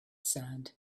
sand